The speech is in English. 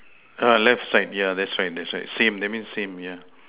err left side yeah left side left side same that means same